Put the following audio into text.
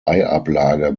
eiablage